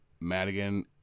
Madigan